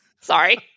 Sorry